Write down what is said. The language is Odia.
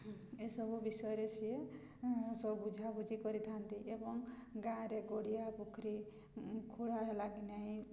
ଏସବୁ ବିଷୟରେ ସିଏ ସବୁ ବୁଝାବୁଝି କରିଥାନ୍ତି ଏବଂ ଗାଁରେ ଗଡ଼ିଆ ପୋଖରୀ ଖୋଳା ହେଲା କି ନାହିଁ